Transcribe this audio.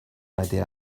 idea